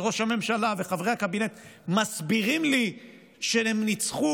ראש הממשלה וחברי הקבינט מסבירים לי שהם ניצחו